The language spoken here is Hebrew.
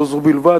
לא זו בלבד,